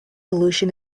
illusion